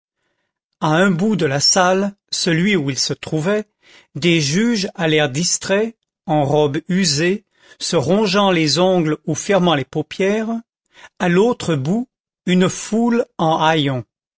à un bout de la salle celui où il se trouvait des juges à l'air distrait en robe usée se rongeant les ongles ou fermant les paupières à l'autre bout une foule en